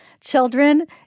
children